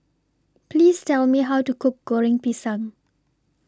Please Tell Me How to Cook Goreng Pisang